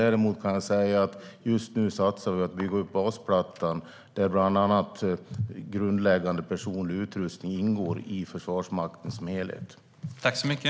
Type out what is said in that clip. Däremot kan jag säga: Just nu satsar vi på att bygga upp basplattan, där bland annat grundläggande personlig utrustning i Försvarsmakten som helhet ingår.